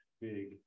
big